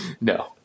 No